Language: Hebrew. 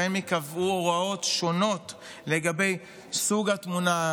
וייקבעו הוראות שונות לגבי סוג התמונה,